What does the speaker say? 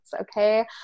Okay